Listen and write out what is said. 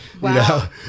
Wow